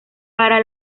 para